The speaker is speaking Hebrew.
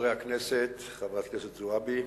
חברי הכנסת, חברת הכנסת זועבי,